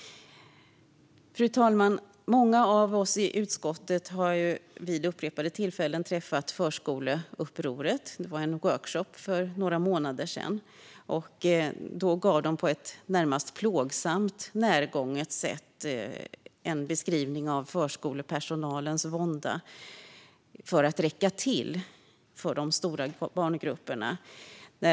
Fru talman! Många av oss i utskottet har vid upprepade tillfällen träffat representanter för förskoleupproret. Det genomfördes en workshop för några månader sedan. Då gav de på ett närmast plågsamt närgånget sätt en beskrivning av förskolepersonalens vånda för att räcka till för de stora barngrupperna.